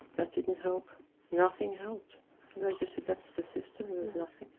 that didn't help nothing helped, they just said that's the system, there's nothing